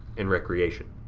and recreation.